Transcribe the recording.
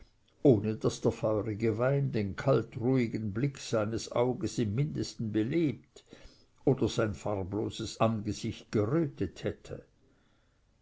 ohne daß der feurige wein den kalten ruhigen blick seines auges im mindesten belebt oder sein farbloses gesicht gerötet hätte